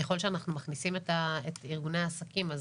ככל שאנחנו מכניסים את ארגוני העסקים,